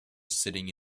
sitting